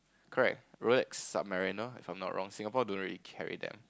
correct Rolex Submariner if I'm not wrong Singapore don't really carry them